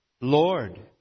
Lord